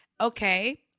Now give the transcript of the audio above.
okay